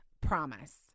promise